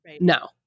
No